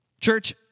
Church